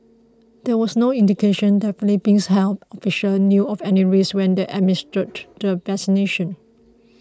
there was no indication that Philippines health officials knew of any risks when they administered the vaccination